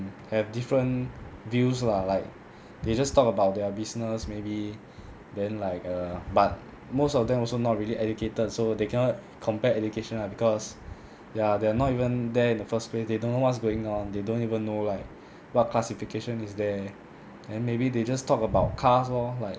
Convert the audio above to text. have different views lah like they just talk about their business maybe then like err but most of them also not really educated so they cannot compare education lah because ya they're not even there in the first place they don't know what's going on they don't even know like what classification is there then maybe they just talk about cars lor like